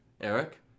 Eric